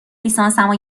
لیسانسمو